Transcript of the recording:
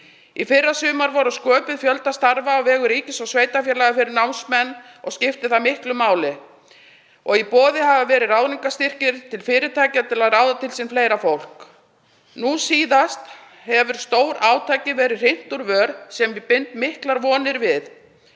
Í fyrrasumar var fjöldi starfa skapaður á vegum ríkis og sveitarfélaga fyrir námsmenn og skipti það miklu máli. Í boði hafa verið ráðningarstyrkir til fyrirtækja til að ráða til sín fleira fólk. Nú síðast hefur stórátaki verið hrint úr vör sem ég bind miklar vonir við